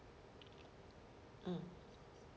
mm